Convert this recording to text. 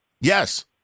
Yes